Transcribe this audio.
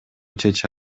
чече